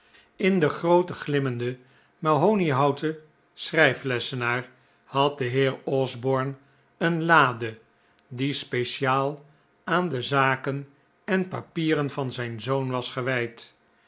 in den grooten glimmenden mahoniehouten schrijflessenaar had de heer osborne een lade die speciaal aan de zaken en papieren van zijn zoon was gewijd